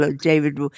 David